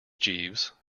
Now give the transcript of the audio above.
jeeves